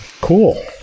Cool